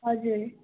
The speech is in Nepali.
हजुर